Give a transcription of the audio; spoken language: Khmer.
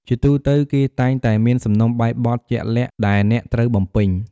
ជាទូទៅ គេតែងតែមានសំណុំបែបបទជាក់លាក់ដែលអ្នកត្រូវបំពេញ។